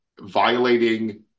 violating